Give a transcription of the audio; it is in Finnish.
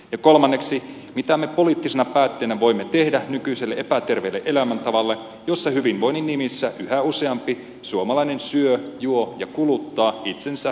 ja kolmanneksi mitä me poliittisina päättäjinä voimme tehdä nykyiselle epäterveelle elämäntavalle jossa hyvinvoinnin nimissä yhä useampi suomalainen syö juo ja kuluttaa itsensä ennenaikaisesti hautaan